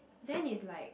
then is like